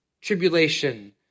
Tribulation